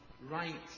right